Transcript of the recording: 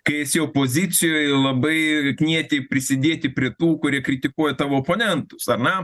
kai esi opozicijoj labai knieti prisidėti prie tų kurie kritikuoja tavo oponentus ar ne